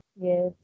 yes